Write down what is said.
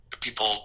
people